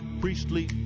priestly